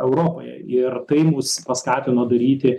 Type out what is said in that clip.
europoje ir tai mus paskatino daryti